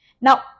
Now